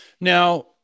Now